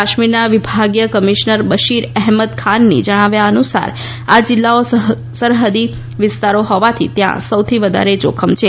કાશ્મીરના વિભાગીય કમિશનર બશીર એહમદ ખાનના જણાવ્યાનુસાર આ જિલ્લાઓ સરહદી વિસ્તારો હોવાથી ત્યાં સૌથી વધારે જોખમ છે